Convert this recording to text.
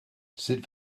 sut